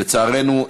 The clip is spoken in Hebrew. לצערנו,